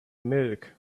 milk